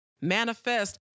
manifest